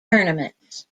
tournaments